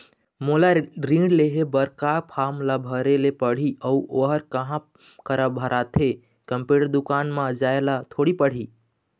मोला ऋण लेहे बर का फार्म ला भरे ले पड़ही अऊ ओहर कहा करा भराथे, कंप्यूटर दुकान मा जाए ला थोड़ी पड़ही?